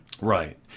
Right